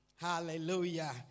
Hallelujah